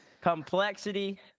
complexity